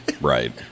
Right